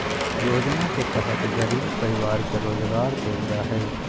योजना के तहत गरीब परिवार के रोजगार देल जा हइ